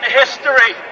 history